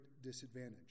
disadvantage